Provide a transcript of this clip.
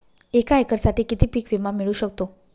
एका एकरसाठी किती पीक विमा मिळू शकतो?